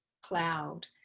Cloud